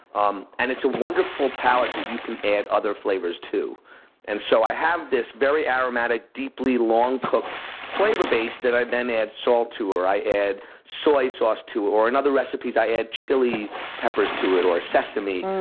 um and it's a wonderful palate that you can add other flavors to and so i have this very aromatic, deeply, long-cooked flavor base that i then add salt to, or i add soy sauce to, or in other recipes i add chile peppers to it or sesame.